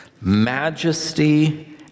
majesty